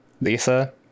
Lisa